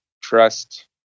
trust